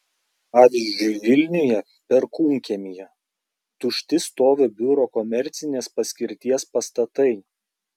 pavyzdžiui vilniuje perkūnkiemyje tušti stovi biuro komercinės paskirties pastatai